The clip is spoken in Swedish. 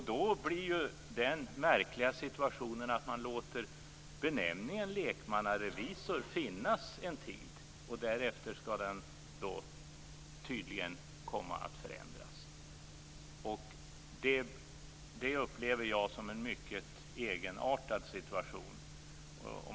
Då uppkommer den märkliga situationen att man låter benämningen lekmannarevisor finnas en tid. Därefter skall den tydligen förändras. Jag upplever detta som en mycket egenartad situation.